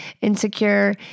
insecure